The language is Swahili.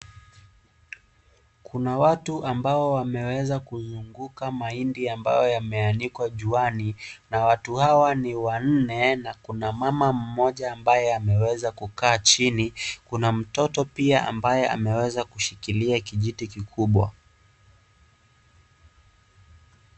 Kuna watu ambao wameweza kuzunguka mahindi ambayo yameanikwa juani na watu hawa ni wanne na kuna mama mmoja ambaye ameweza kukaa chini, kuna mtoto pia ambaye ameweza kushikilia kijiti kikubwa.